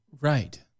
Right